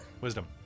Wisdom